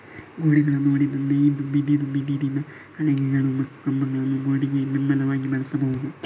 ಗೋಡೆಗಳನ್ನು ಒಡೆದು ನೇಯ್ದ ಬಿದಿರು, ಬಿದಿರಿನ ಹಲಗೆಗಳು ಮತ್ತು ಕಂಬಗಳನ್ನು ಗೋಡೆಗೆ ಬೆಂಬಲವಾಗಿ ಬಳಸಬಹುದು